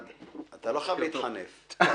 אתה לא חייב להתחנף.